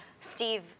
Steve